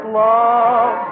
love